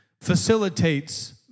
facilitates